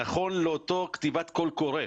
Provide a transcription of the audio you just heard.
נכון לכתיבת אותו קול קורא.